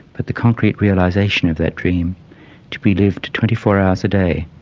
but the concrete realisation of that dream to be lived twenty four hours a day,